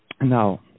Now